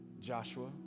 Joshua